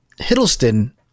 Hiddleston